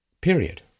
period